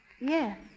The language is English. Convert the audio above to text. yes